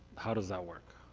how does that work?